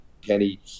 Kenny